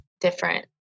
different